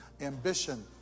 ambition